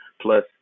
plus